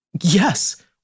Yes